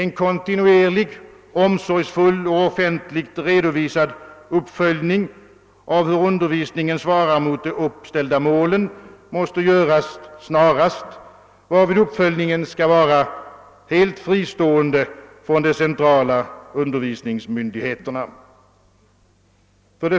En kontinuerlig, omsorgsfull och offentligt redovisad uppföljning av hur undervisningen svarar mot de uppställda målen måste göras snarast, Varvid uppföljningen skall vara helt fristående från de centrala undervisningsmyndigheterna.